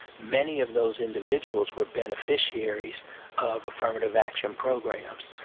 many of those individuals were beneficiaries of affirmative action programs.